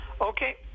Okay